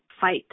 fight